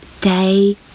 day